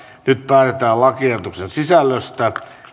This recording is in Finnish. nyt päätetään lakiehdotusten sisällöstä